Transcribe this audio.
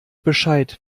bescheid